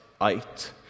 out